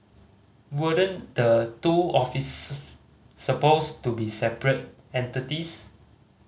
weren't the two offices supposed to be separate entities